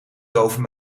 doven